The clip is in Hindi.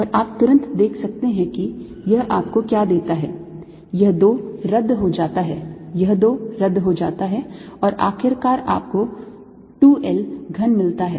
और आप तुरंत देख सकते हैं कि यह आपको क्या देता है यह 2 रद्द हो जाता है यह 2 रद्द हो जाता है और आखिरकार आपको 2 L घन मिलता है